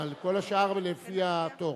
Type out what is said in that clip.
אבל כל השאר זה לפי התור.